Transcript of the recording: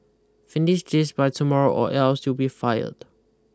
finish this by tomorrow or else you'll be fired